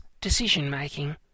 decision-making